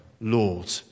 Lord